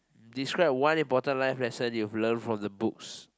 describe one important life lesson you have learn from the books